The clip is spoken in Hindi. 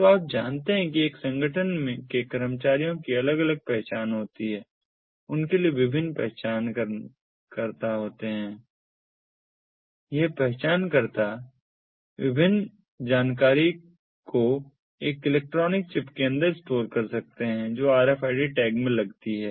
तो आप जानते हैं कि एक संगठन के कर्मचारियों की अलग अलग पहचान होती और उनके लिए विभिन्न पहचान करता होते हैं यह पहचान करता विभिन्न जानकारी को एक इलेक्ट्रॉनिक चिप के अंदर स्टोर कर सकते हैं जोकि RFID टैग में लगती है